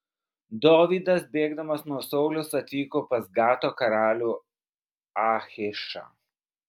dovydas bėgdamas nuo sauliaus atvyko pas gato karalių achišą